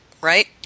right